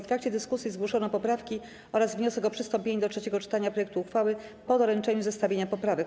W trakcie dyskusji zgłoszono poprawki oraz wniosek o przystąpienie do trzeciego czytania projektu uchwały po doręczeniu zestawienia poprawek.